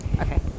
Okay